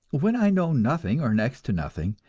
when i know nothing or next to nothing,